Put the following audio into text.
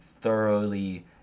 thoroughly